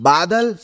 Badal